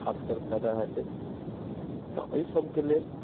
खासकर फायदा हेतै तऽ अइ सबके लेल